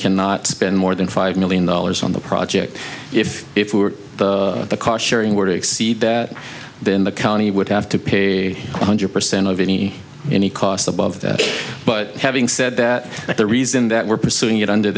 cannot spend more than five million dollars on the project if it were the cost sharing would exceed that then the county would have to pay one hundred percent of any any cost above that but having said that the reason that we're pursuing it under